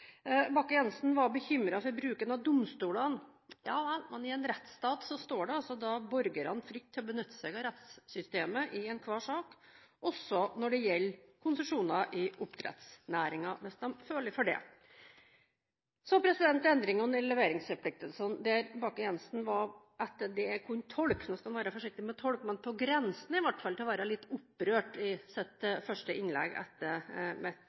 Bakke-Jensen var bekymret for bruken av domstolene. Ja vel, men i en rettsstat står det borgerne fritt å benytte seg av rettssystemet i enhver sak, også når det gjelder konsesjoner i oppdrettsnæringen, hvis de føler for det. Så til endringene i leveringsforpliktelsene, der Bakke-Jensen i sitt første innlegg etter mitt hovedinnlegg, som etter det jeg kan tolke – nå skal en være forsiktig med å tolke – var på grensen, i hvert fall, til å være litt opprørt.